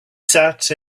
sat